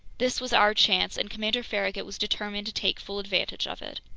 this was our chance, and commander farragut was determined to take full advantage of it.